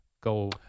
go